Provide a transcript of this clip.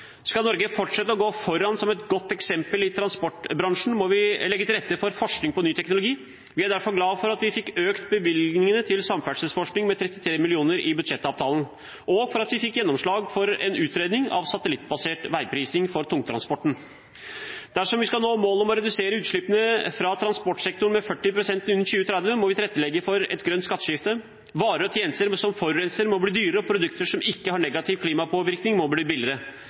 Skal Norge fortsette med å gå foran som et godt eksempel i transportbransjen, må vi legge til rette for forskning på ny teknologi. Vi er derfor glade for at vi fikk økt bevilgningene til samferdselsforskning med 33 mill. kr i budsjettavtalen, og for at vi fikk gjennomslag for en utredning av satellittbasert veiprising for tungtransporten. Dersom vi skal nå målene om å redusere utslippene fra transportsektoren med 40 pst. innen 2030, må vil tilrettelegge for et grønt skatteskifte. Varer og tjenester som forurenser, må bli dyrere, og produkter som ikke har negativ klimapåvirkning, må bli billigere.